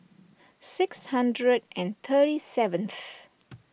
six hundred and thirty seventh